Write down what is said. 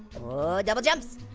whoa, double jumps!